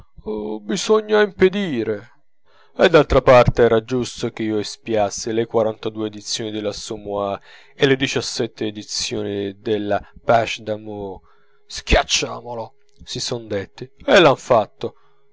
posto bisognava impedire e d'altra parte era giusto che io espiassi le quarantadue edizioni dell'assommoir e le diciasette edizioni della page d'amour schiacciamolo si son detti e l'han fatto